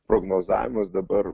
prognozavimas dabar